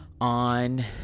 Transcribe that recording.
on